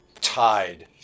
tied